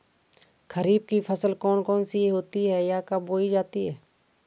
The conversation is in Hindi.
खरीफ की फसल कौन कौन सी होती हैं यह कब बोई जाती हैं?